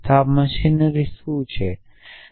તો આ મશીનરી શું છે